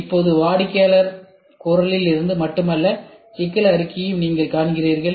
இப்போது வாடிக்கையாளர் குரலில் இருந்து மட்டுமல்ல சிக்கல் அறிக்கையையும் நீங்கள் காண்கிறீர்கள்